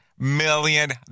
million